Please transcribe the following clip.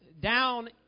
down